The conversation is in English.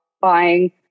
buying